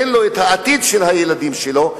אין לו העתיד של הילדים שלו,